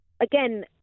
again